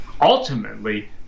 Ultimately